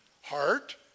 heart